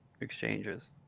exchanges